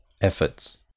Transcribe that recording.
efforts